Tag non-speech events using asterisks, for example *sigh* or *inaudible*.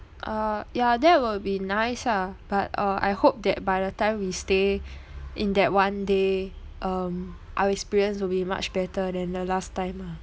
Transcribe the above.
uh ya that will be nice ah but uh I hope that by the time we stay *breath* in that one day um our experience will be much better than the last time ah